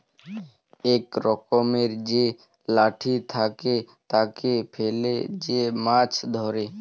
ইক রকমের যে লাঠি থাকে, তাকে ফেলে যে মাছ ধ্যরে